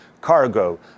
cargo